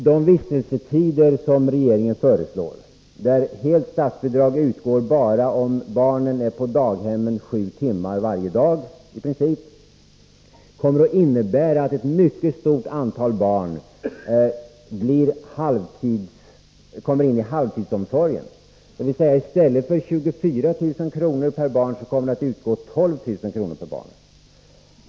De vistelsetider som regeringen föreslår, där helt statsbidrag utgår bara om barnen är på daghem sju timmar varje dag i princip, kommer att innebära att ett mycket stort antal barn kommer att skrivas in för halv tid. I stället för 24 000 kr. per barn kommer det att utgå 12 000 kr.